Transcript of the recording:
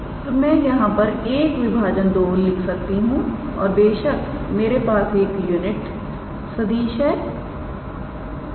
तो मैं यहां पर 1 विभाजन 2 लिख सकता हूं और बेशक मेरे पास एक यूनिट सदिश है